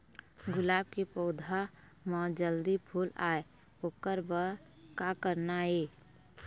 गुलाब के पौधा म जल्दी फूल आय ओकर बर का करना ये?